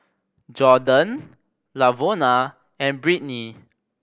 Jorden Lavona and Britni